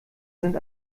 sind